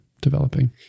developing